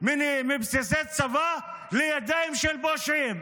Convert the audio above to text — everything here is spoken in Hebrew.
מבסיסי צבא לידיים של פושעים.